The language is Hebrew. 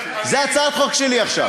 זאת הצעת חוק שלי עכשיו.